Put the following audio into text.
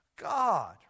God